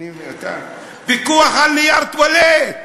פיקוח על נייר טואלט,